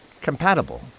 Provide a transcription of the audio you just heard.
compatible